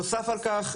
נוסף על כך,